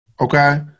okay